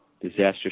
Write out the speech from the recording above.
disaster